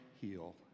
heal